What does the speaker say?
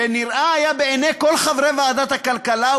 שנראה היה בעיני כל חברי ועדת הכלכלה,